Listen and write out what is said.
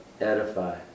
edify